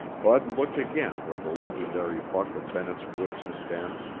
bud looked again where the legendary buck of bennett's woods had been,